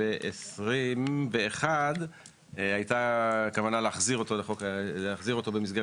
2021 הייתה כוונה להחזיר אותו במסגרת